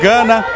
Gana